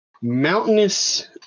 mountainous